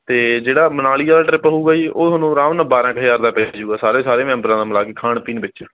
ਅਤੇ ਜਿਹੜਾ ਮਨਾਲੀ ਵਾਲਾ ਟ੍ਰਿਪ ਹੋਵੇਗਾ ਜੀ ਉਹ ਤੁਹਾਨੂੰ ਆਰਾਮ ਨਾਲ ਬਾਰ੍ਹਾਂ ਕੁ ਹਜ਼ਾਰ ਦਾ ਪੈ ਜੂਗਾ ਸਾਰੇ ਦੇ ਸਾਰੇ ਮੈਂਬਰਾਂ ਦਾ ਮਿਲਾ ਕੇ ਖਾਣ ਪੀਣ ਵਿੱਚ